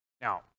Now